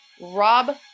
Rob